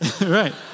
Right